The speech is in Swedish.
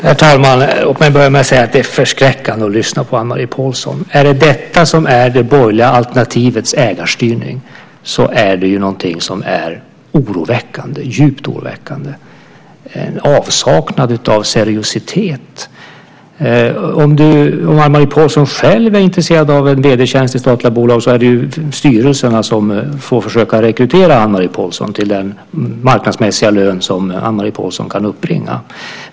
Herr talman! Låt mig börja med att säga att det är förskräckande att lyssna på Anne-Marie Pålsson. Är det detta som är det borgerliga alternativets ägarstyrning är det någonting som är djupt oroväckande. Det är en avsaknad av seriositet. Om Anne-Marie Pålsson själv är intresserad av en ledig tjänst i statliga bolag är det styrelserna som får försöka rekrytera Anne-Marie Pålsson till den marknadsmässiga lön som Anne-Marie Pålsson kan uppbringa.